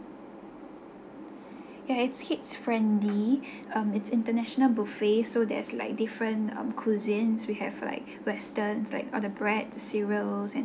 ya it's kids friendly um it's international buffet so there's like different um cuisines we have like western like other bread cereal and